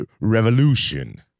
revolution